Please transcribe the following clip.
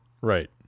Right